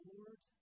Lord